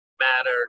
matter